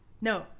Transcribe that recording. No